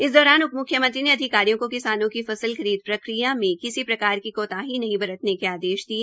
इस दौरान उपम्ख्यमंत्री ने अधिकारियों को किसानों की फसल खरीद प्रक्रिया में किसी प्रकार की कोताही नहीं बरतने के आदेश दिए